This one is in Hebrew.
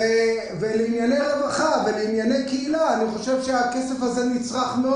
ענייני רווחה וקהילה אני חושב שהכסף נצרך מאוד